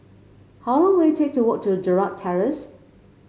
how long will it take to walk to Gerald Terrace